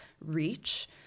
reach